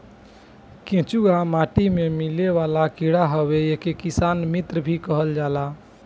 केचुआ माटी में मिलेवाला कीड़ा हवे एके किसान मित्र भी कहल जाला